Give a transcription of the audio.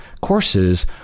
courses